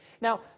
Now